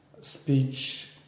speech